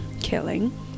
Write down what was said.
killing